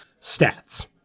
stats